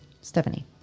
Stephanie